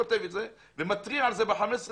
אני אומר לך שאני כותב את זה ומתריע על זה כבר ב-15 ביולי.